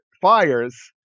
fires